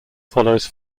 follows